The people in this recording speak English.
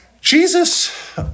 Jesus